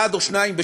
אחד או שניים בשנה,